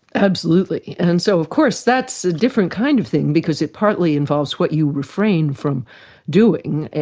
absolutely, and and so of course that's a different kind of thing because it partly involves what you refrain from doing,